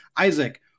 Isaac